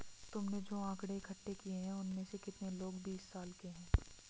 तुमने जो आकड़ें इकट्ठे किए हैं, उनमें से कितने लोग बीस साल के हैं?